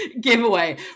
giveaway